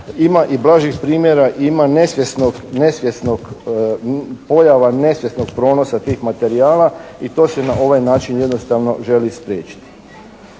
ima i blažih primjera, ima pojava nesvjesnog pronosa tih materijala i to se na ovaj način jednostavno želi spriječiti.